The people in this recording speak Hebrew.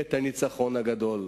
את הניצחון הגדול.